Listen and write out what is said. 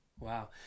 Wow